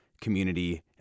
community